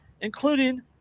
including